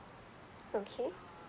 okay